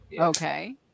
Okay